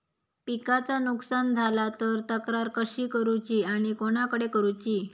पिकाचा नुकसान झाला तर तक्रार कशी करूची आणि कोणाकडे करुची?